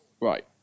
right